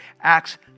Acts